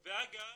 ואגב,